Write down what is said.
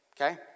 Okay